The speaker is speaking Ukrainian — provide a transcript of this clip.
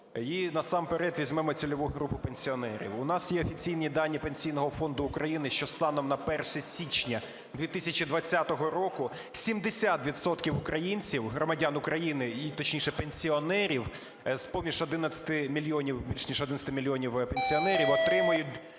І насамперед візьмемо цільову групу пенсіонерів. У нас є офіційні дані Пенсійного фонду України, що станом на 1 січня 2020 року 70 відсотків українців, громадян України, точніше, пенсіонерів, з-поміж 11 мільйонів, більше ніж 11 мільйонів пенсіонерів отримують